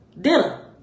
dinner